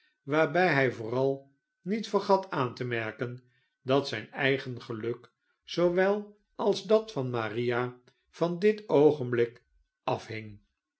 waarbij hij vooral niet vergat aan te merken dat zijn eigen geluk zoowel als dat van maria van dit oogenblik afhing